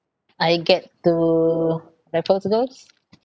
I get to raffles girls'